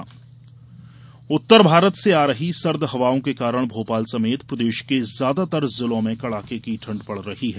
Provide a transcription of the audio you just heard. मौसम उत्तर भारत से आ रही सर्द हवाओं के कारण भोपाल समेत प्रदेश के ज्यादातर जिलों में कड़ाके की ठण्ड पड़ रही है